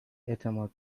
اعتماد